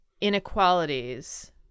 inequalities